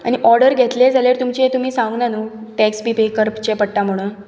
आनी ऑर्डर घेतले जाल्यार तुमचे तुमी सांगूंक ना न्हू टॅक्स बी पे करचे पडटा म्हणून